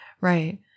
Right